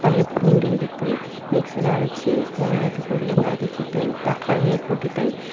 பல் பூண்டு எடுத்து மிக்சியில் அரைத்து வெங்காயத்தை பொடியாக வதக்கிவிட்டு தக்காளியை போட்டுவிட்டு